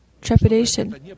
trepidation